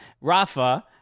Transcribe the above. Rafa